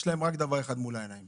יש רק דבר אחד מול העיניים